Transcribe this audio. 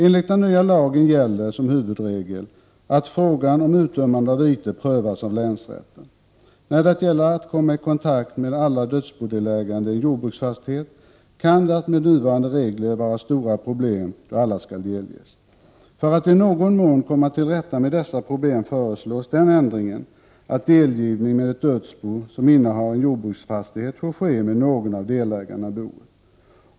Enligt den nya lagen gäller som huvudregel att frågan om utdömande av vite prövas av länsrätten. När det gäller att komma i kontakt med alla dödsbodelägarna i en jordbruksfastighet kan det med nuvarande regler vara stora problem då alla skall delges. För att i någon mån komma till rätta med dessa problem föreslås den ändringen att delgivning med ett dödsbo som innehar en jordbruksfastighet får ske med någon av delägarna i boet.